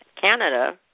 Canada